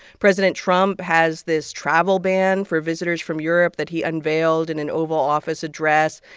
president trump has this travel ban for visitors from europe that he unveiled in an oval office address.